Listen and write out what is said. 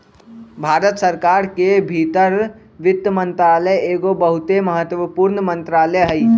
भारत सरकार के भीतर वित्त मंत्रालय एगो बहुते महत्वपूर्ण मंत्रालय हइ